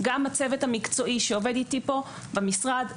גם הצוות המקצועי שעובד איתי פה במשרד,